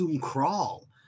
crawl